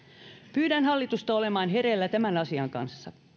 pyydän hallitusta olemaan hereillä tämän asian kanssa